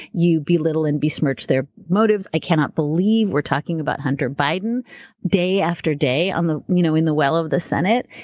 you belittle and besmirch their motives. i cannot believe we're talking about hunter biden day after day on you know in the well of the senate.